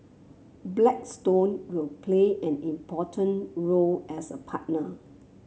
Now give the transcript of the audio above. Blackstone will play an important role as a partner